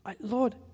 Lord